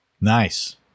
nice